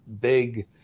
big